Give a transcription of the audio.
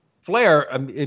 Flair